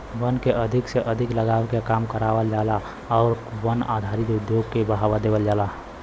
वन के अधिक से अधिक लगावे के काम करावल जाला आउर वन आधारित उद्योग के बढ़ावा देवल जाला